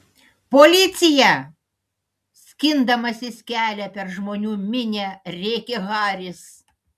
policija skindamasis kelią per žmonių minią rėkė haris